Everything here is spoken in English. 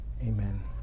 amen